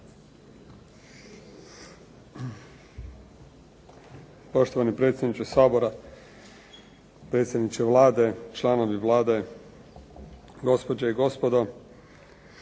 Poštovani predsjedniče Sabora, predsjedniče Vlade, članovi Vlade, gospođe i gospodo.